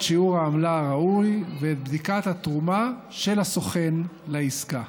שיעור העמלה הראוי ואת בדיקת התרומה של הסוכן לעסקה.